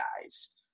guys